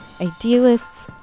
idealists